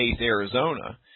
Arizona